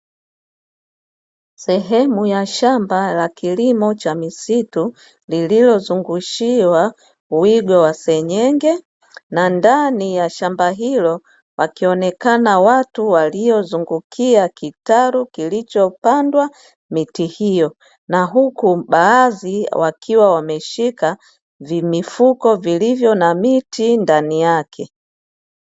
Sehemu ya shamba la kilimo cha misitu lililozungushiwa wigo wa senyenge, na ndani ya shamba hilo wakionekana watu waliozungukia kitalu kilichopandwa miti hiyo na huku baadhi wakiwa wameshika vimifuko vilivyo na miti ndani yake.